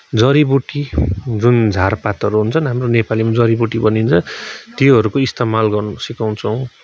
जरीबुटी जुन झारपातहरू हुन्छन् हाम्रो नेपालीमा जरीबुटी भनिन्छ त्योहरूको इस्तेमाल गर्न सिकाउँछौँ